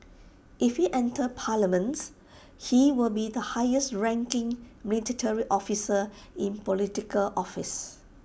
if he enters parliament he will be the highest ranking military officer in Political office